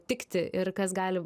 tikti ir kas gali